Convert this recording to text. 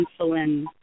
insulin